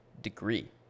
degree